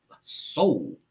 soul